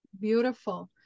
Beautiful